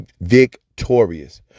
victorious